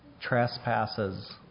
trespasses